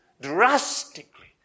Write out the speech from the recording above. drastically